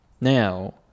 now